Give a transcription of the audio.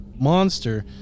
monster